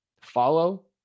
Follow